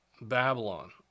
Babylon